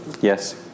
Yes